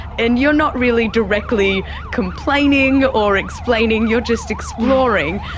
and you are not really directly complaining or explaining, you are just exploring.